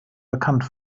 bekannt